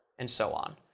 and so on.